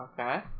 Okay